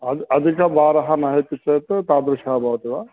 अद् अधिकभारं नयति चेत् तादृशं भवति वा